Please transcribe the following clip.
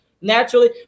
naturally